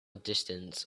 distance